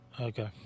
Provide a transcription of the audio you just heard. Okay